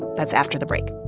that's after the break